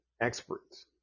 experts